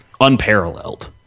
unparalleled